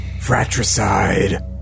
fratricide